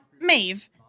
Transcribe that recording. Maeve